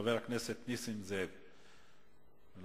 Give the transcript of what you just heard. חבר הכנסת נסים זאב, בבקשה.